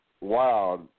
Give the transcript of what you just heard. wow